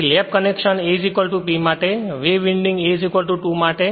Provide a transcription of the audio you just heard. તેથી lap connection A P માટે અને વેવ વિન્ડિંગ A 2 માટે